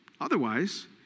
Otherwise